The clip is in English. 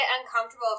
uncomfortable